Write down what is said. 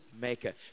maker